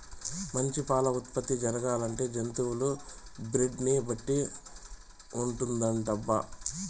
మంచి పాల ఉత్పత్తి జరగాలంటే జంతువుల బ్రీడ్ ని బట్టి ఉంటుందటబ్బా